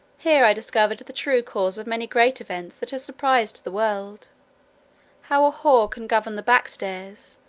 here i discovered the true causes of many great events that have surprised the world how a whore can govern the back-stairs,